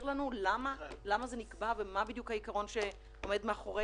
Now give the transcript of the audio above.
שמשרד האוצר מתעסק איתו בחודשים האחרונים.